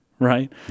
right